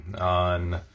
on